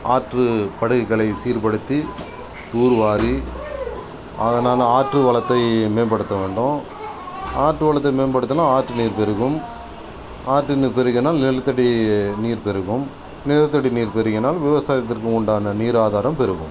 ஆற்று படுகைகளை சீர்ப்படுத்தி தூர்வாரி அதனால் ஆற்று வளத்தை மேம்படுத்த வேண்டும் ஆற்று வளத்தை மேம்படுத்துன்னால் ஆற்று நீர் பெருகும் ஆற்று நீர் பெருகினால் நிலத்தடி நீர் பெருகும் நிலத்தடி நீர் பெருகினால் விவசாயத்திற்கு உண்டான நீர் ஆதாரம் பெருகும்